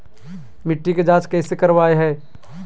मिट्टी के जांच कैसे करावय है?